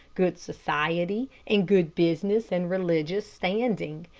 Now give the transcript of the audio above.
good society, and good business and religious standing.